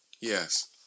Yes